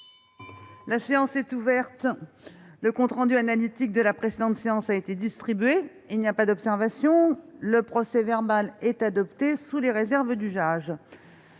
La séance est ouverte. Le compte rendu analytique de la précédente séance a été distribué. Il n'y a pas d'observation ?... Le procès-verbal est adopté sous les réserves d'usage.